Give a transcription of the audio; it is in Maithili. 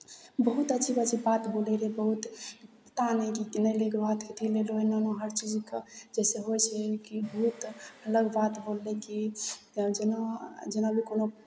बहुत अजीब अजीब बात बोलैत रहै बहुत पता कि नहि लै के बात ई नहि एना ओना हर चीजके जैसे होइ छै कि बहुत अलग बात बोललै कि जेना जेना लोक कोनो कप्